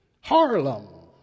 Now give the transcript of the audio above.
Harlem